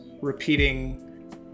repeating